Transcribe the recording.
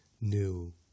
new